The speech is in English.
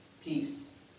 Peace